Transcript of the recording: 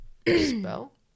Spell